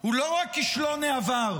הוא לא רק כישלון העבר.